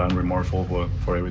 um remorseful work for i mean